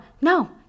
no